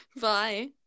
Bye